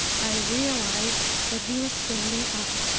i realized that he was standing up.